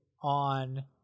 on